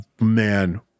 man